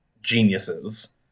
geniuses